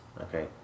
Okay